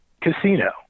casino